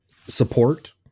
support